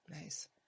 Nice